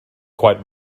quite